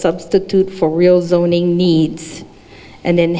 substitute for real zoning needs and then